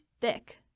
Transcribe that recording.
thick